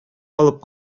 алып